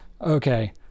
okay